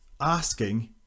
asking